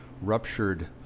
Ruptured